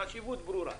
החשיבות ברורה.